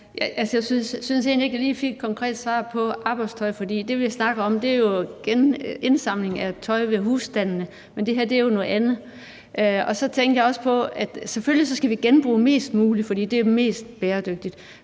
Jeg synes egentlig ikke, jeg fik et konkret svar på spørgsmålet om arbejdstøj. Det, vi snakker om, er indsamling af tøj ved husstande, men det her er jo noget andet. Jeg tænker også på, at vi selvfølgelig skal genbruge mest muligt, for det er det mest bæredygtige,